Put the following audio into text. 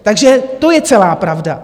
Takže to je celá pravda.